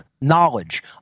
knowledge